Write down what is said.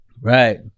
right